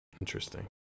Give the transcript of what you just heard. Interesting